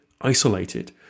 isolated